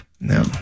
No